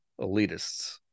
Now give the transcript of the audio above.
elitists